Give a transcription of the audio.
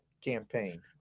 campaign